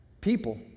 People